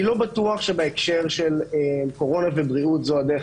אני לא בטוח שבהקשר של קורונה ובריאות זו הדרך